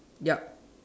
ya